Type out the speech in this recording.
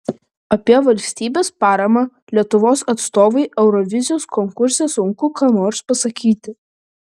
apie valstybės paramą lietuvos atstovui eurovizijos konkurse sunku ką nors pasakyti